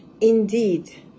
indeed